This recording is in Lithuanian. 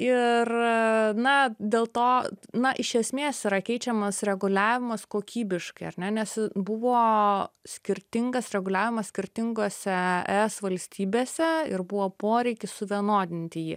ir na dėl to na iš esmės yra keičiamas reguliavimas kokybiškai ar ne nes buvo skirtingas reguliavimas skirtingose es valstybėse ir buvo poreikis suvienodinti jį